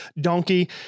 donkey